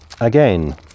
again